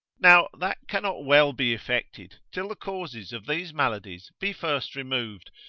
now that cannot well be effected, till the causes of these maladies be first removed,